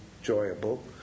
enjoyable